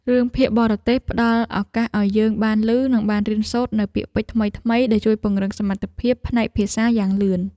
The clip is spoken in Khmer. រឿងភាគបរទេសផ្ដល់ឱកាសឱ្យយើងបានឮនិងបានរៀនសូត្រនូវពាក្យពេចន៍ថ្មីៗដែលជួយពង្រឹងសមត្ថភាពផ្នែកភាសាយ៉ាងលឿន។